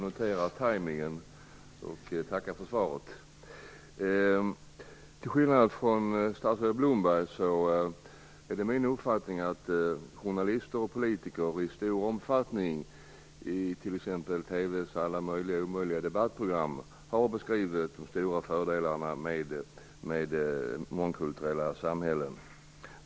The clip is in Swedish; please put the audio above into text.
Fru talman! Jag tackar för svaret. Till skillnad från statsrådet Blomberg har jag uppfattningen att journalister och politiker i stor omfattning, i t.ex. TV:s alla möjliga och omöjliga debattprogram, har beskrivit de stora fördelarna med mångkulturella samhällen.